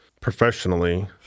professionally